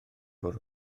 bwrw